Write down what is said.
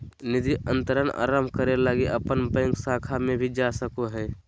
निधि अंतरण आरंभ करे लगी अपन बैंक शाखा में भी जा सको हो